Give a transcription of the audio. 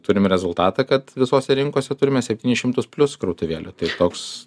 turim rezultatą kad visose rinkose turime septynis šimtus plius krautuvėlių tai koks